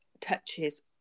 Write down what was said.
touches